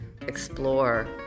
explore